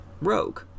rogue